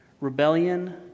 rebellion